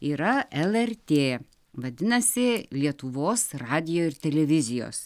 yra lrt vadinasi lietuvos radijo ir televizijos